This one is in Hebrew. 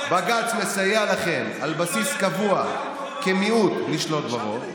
בג"ץ מסייע לכם על בסיס קבוע כמיעוט לשלוט ברוב,